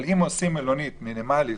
אבל אם עושים מלונית מינימלית,